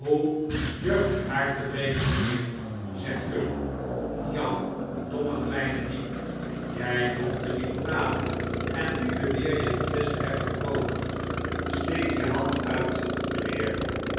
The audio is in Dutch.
durf je haar te breken mijnheer zegt cuff jou domme kleine dief jij dronk de limonade en nu beweer je de flesch te hebben gebroken steek je hand uit